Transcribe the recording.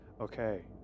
Okay